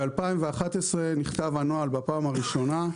ב- 2011 נכתב הנוהל בפעם הראשונה,